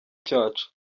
cyacu